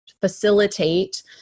facilitate